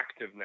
activeness